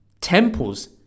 temples